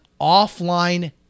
offline